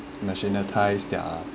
national ties they are